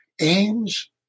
aims